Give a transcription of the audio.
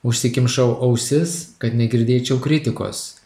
užsikimšau ausis kad negirdėčiau kritikos